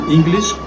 English